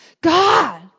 God